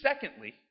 secondly